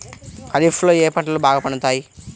ఖరీఫ్లో ఏ పంటలు బాగా పండుతాయి?